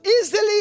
easily